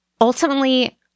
Ultimately